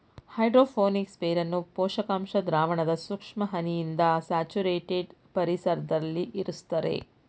hydro phonics ಬೇರನ್ನು ಪೋಷಕಾಂಶ ದ್ರಾವಣದ ಸೂಕ್ಷ್ಮ ಹನಿಯಿಂದ ಸ್ಯಾಚುರೇಟೆಡ್ ಪರಿಸರ್ದಲ್ಲಿ ಇರುಸ್ತರೆ